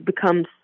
becomes